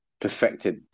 perfected